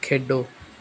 ਖੇਡੋ